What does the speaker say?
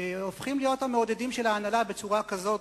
הופכים להיות המעודדים של ההנהלה בצורה כזאת,